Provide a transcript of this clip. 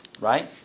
right